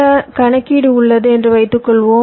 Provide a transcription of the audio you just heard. சில கணக்கீடு உள்ளது என்று வைத்துக்கொள்வோம்